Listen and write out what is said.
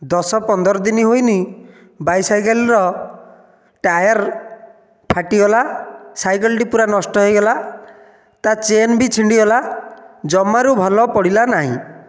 ଦଶ ପନ୍ଦର ଦିନ ହୋଇନି ବାଇସାଇକେଲର ଟାୟାର୍ ଫାଟିଗଲା ସାଇକେଲ ଟି ପୁରା ନଷ୍ଟ ହୋଇଗଲା ତା ଚେନ୍ ବି ଛିଣ୍ଡି ଗଲା ଜମାରୁ ଭଲ ପଡ଼ିଲା ନାହିଁ